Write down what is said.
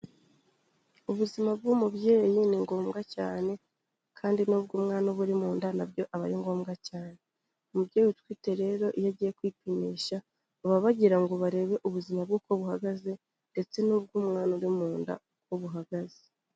Ubuzima bw'umubyeyi ni ngombwa cyane kandi n'ubw'umwana uba uri mu nda na byo aba ari ngombwa cyane. Umubyeyi utwite rero iyo agiye kwipimisha, baba bagira ngo barebe ubuzima bwe uko buhagaze ndetse n'ubw'umwana uri mu nda uko buhagaze.